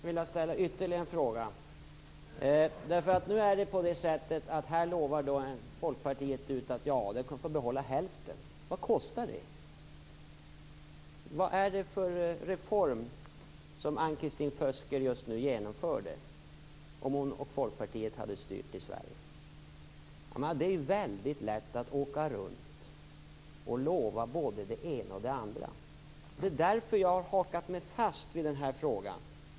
Fru talman! Då skulle jag vilja ställa ytterligare en fråga. Här lovar Folkpartiet att man skall få behålla hälften. Vad kostar det? Vad är det för reform som Ann-Kristin Føsker skulle ha genomfört om hon och Folkpartiet hade styrt i Sverige? Det är ju väldigt lätt att åka runt och lova både det ena och det andra. Det är därför jag har hakat mig fast vid min fråga.